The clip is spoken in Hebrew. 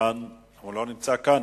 הוא לא נמצא כאן.